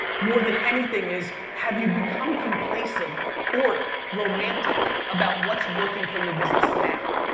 more than anything is, have you become complacent or romantic about what's working for your business now?